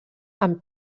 amb